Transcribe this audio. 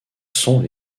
sont